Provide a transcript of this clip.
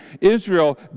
Israel